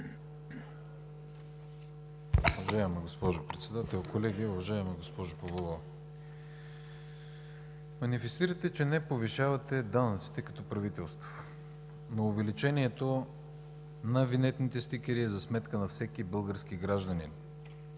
Уважаема госпожо Председател, колеги! Уважаема госпожо Павлова, манифестирате, че не повишавате данъците като правителство, но увеличението на винетните стикери е за сметка на всеки български гражданин,